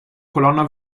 colonna